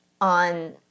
on